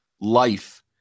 life